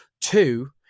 Two